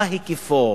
מה ההיקף.